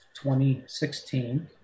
2016